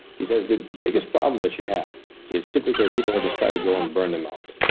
he says the biggest problem that you have is typically, people just try to go and burn them out.